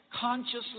Consciously